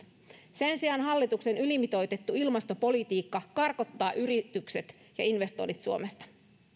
sen sijaan hallituksen ylimitoitettu ilmastopolitiikka karkottaa yritykset ja investoinnit suomesta